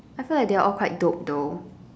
I feel like they're all quite dope though